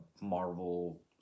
Marvel